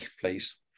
please